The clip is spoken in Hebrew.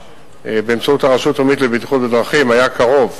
באמצעות הרשות הלאומית לבטיחות בדרכים היה קרוב